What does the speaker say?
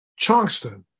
Chongston